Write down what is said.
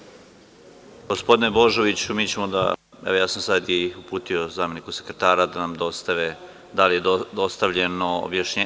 Gospodine Božoviću, mi ćemo da, evo, ja sam sada i uputio zameniku sekretara da nam dostave, da li je dostavljeno objašnjenje.